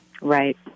right